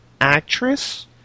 actress